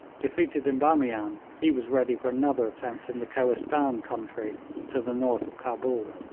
defeated in bamian, he was ready for another attempt in the kohistan country to the north of cabul.